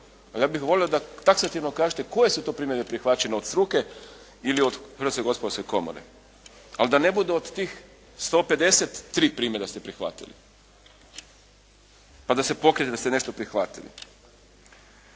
ja bih volio da taksativno kažete koje su to primjene prihvaćene od struke ili od Hrvatske gospodarske komore, ali da ne bude od tih 150, 3 primjene da ste prihvatili pa da se pokrijete da ste nešto prihvatili.